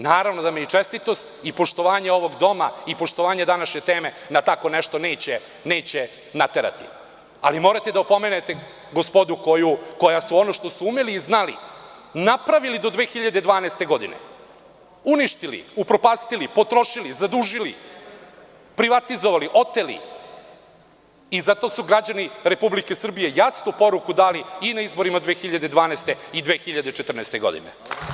Naravno da me čestitost i poštovanje ovog doma i poštovanje današnje tema na tako nešto neće naterati, ali morate da opomenete gospodu koja su ono što su umeli i znali napravili do 2012. godine, uništili, upropastili, potrošili, zadužili, privatizovali, oteli i zato su građani Republike Srbije jasnu poruku dali i na izborima 2012. godine i 2014. godine.